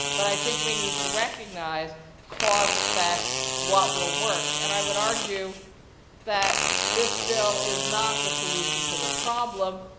but, i think that we need to recognize cause, effect, what will work, and i would argue that this bill is not the solution to the problem,